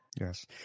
yes